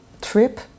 trip